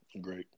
Great